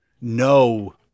No